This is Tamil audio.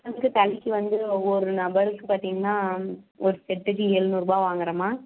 பசங்களுக்கு தனிக்கு வந்து ஒவ்வொரு நபருக்கு பார்த்திங்ன்னா ஒரு செட்டுக்கு ஏழுநூறுபா வாங்குறம்மா